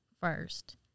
first